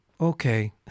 okay